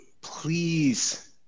please